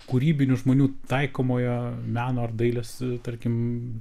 kūrybinių žmonių taikomojo meno ar dailės tarkim